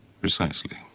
Precisely